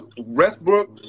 Westbrook